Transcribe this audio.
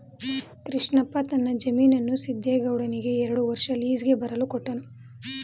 ಕೃಷ್ಣಪ್ಪ ತನ್ನ ಜಮೀನನ್ನು ಸಿದ್ದೇಗೌಡನಿಗೆ ಎರಡು ವರ್ಷ ಲೀಸ್ಗೆ ಬರಲು ಕೊಟ್ಟನು